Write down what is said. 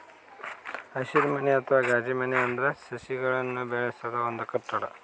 ಹಸಿರುಮನೆ ಅಥವಾ ಗಾಜಿನಮನೆ ಅಂದ್ರ ಸಸಿಗಳನ್ನ್ ಬೆಳಸದ್ ಒಂದ್ ಕಟ್ಟಡ